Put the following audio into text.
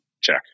check